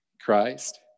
Christ